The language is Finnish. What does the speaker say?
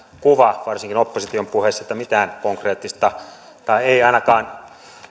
kuva varsinkin opposition puheista ettei mitään konkreettista tai ei ainakaan